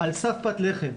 על סף פת לחם.